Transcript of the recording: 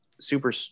super